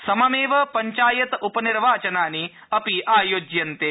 सममेव पञ्चायत उपनिर्वाचनानि अपि आयोज्यन्ते